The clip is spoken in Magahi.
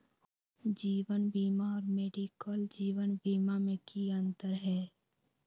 जीवन बीमा और मेडिकल जीवन बीमा में की अंतर है?